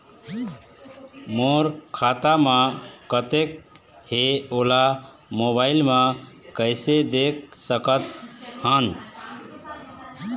मोर खाता म कतेक हे ओला मोबाइल म कइसे देख सकत हन?